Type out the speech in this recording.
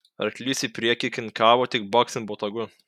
arklys į priekį kinkavo tik baksint botagu